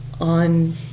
on